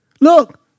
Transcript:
Look